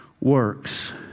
works